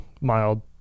mild